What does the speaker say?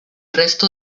resto